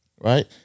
Right